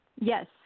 Yes